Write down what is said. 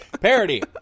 Parody